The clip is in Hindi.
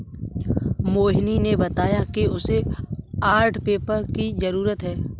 मोहिनी ने बताया कि उसे आर्ट पेपर की जरूरत है